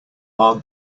our